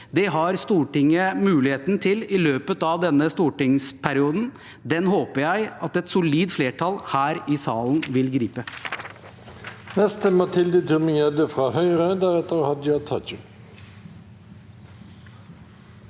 Det har Stortinget muligheten til i løpet av denne stortingsperioden. Den håper jeg at et solid flertall her i salen vil gripe.